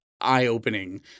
eye-opening